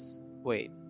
Wait